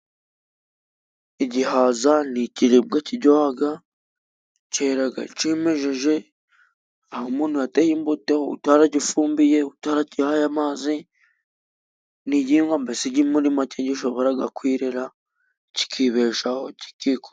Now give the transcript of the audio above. Igihaza ni ikiribwa kiryoha kera kimejeje, aho umuntu yateye imbuto, utaragifumbiye, utaragihaye amazi, ni igihingwa mbese muri make gishobora kwirera ki kibeshaho....